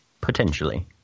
Potentially